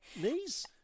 Knees